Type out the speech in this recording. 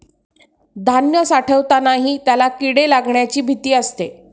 धान्य साठवतानाही त्याला किडे लागण्याची भीती असते